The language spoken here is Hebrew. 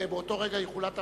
ובאותו רגע יחולט הרכוש?